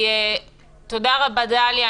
תודה רבה, דליה.